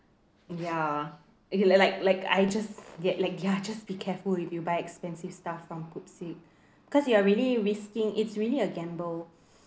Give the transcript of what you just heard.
ya you like like like I just ya like ya just be careful if you buy expensive stuff from Pupsik cause you are really risking it's really a gamble